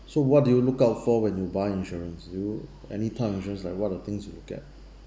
so what do you look out for when you buy insurance do you any type of insurance like what are the things that you look at